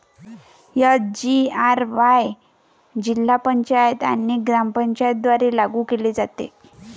SGRY जिल्हा पंचायत आणि ग्रामपंचायतींद्वारे लागू केले जाते